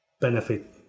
benefit